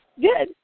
Good